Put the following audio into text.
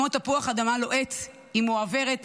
כמו תפוח אדמה לוהט, היא מועברת